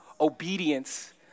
obedience